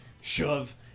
Shove